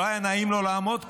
לא היה נעים לו לעמוד כאן,